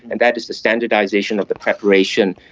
and that is the standardisation of the preparation,